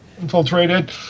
infiltrated